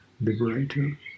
liberator